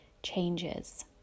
changes